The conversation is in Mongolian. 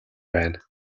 байна